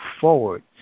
forward